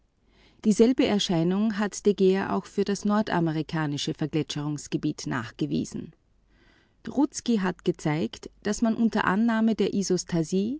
dieselbe erscheinung hat de geer auch für das nordamerikanische vereisungsgebiet nachgewiesen rudzki hat gezeigt daß man unter annahme der